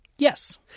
Yes